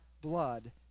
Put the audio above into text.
blood